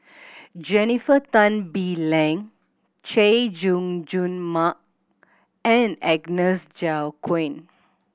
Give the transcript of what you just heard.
Jennifer Tan Bee Leng Chay Jung Jun Mark and Agnes Joaquim